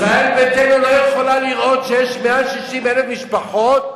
ישראל ביתנו לא יכולה לראות שיש 160,000 משפחות